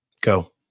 go